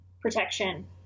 protection